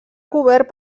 cobert